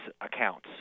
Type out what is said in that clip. accounts